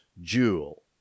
jewel